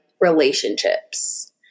relationships